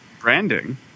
Branding